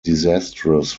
disastrous